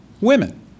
women